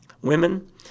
women